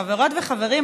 חברות וחברים,